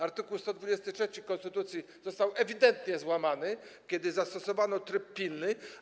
Art. 123 konstytucji został ewidentnie złamany, kiedy zastosowano tryb pilny.